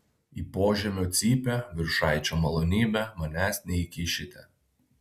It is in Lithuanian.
į požemio cypę viršaičio malonybe manęs neįkišite